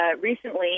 recently